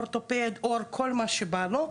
כל מה שבא לו,